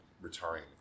retiring